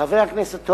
חבר הכנסת הורוביץ,